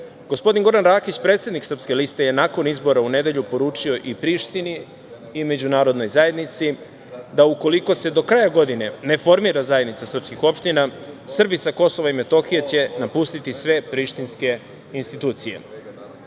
Goran Rakić, predsednik Srpske liste, je nakon izbora u nedelju poručio i Prištini i međunarodnoj zajednici da u koliko se do kraja godine ne formira Zajednica srpskih opština Srbi sa KiM će napustiti sve prištinske institucije.